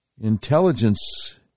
intelligence